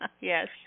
Yes